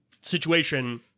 situation